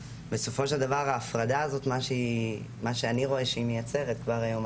בסופו של דבר מה שאני רואה שההפרדה הזאת מייצרת כבר היום,